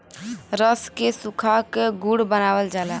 रस के सुखा क गुड़ बनावल जाला